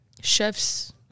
chefs